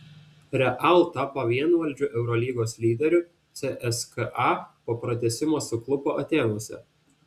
real tapo vienvaldžiu eurolygos lyderiu cska po pratęsimo suklupo atėnuose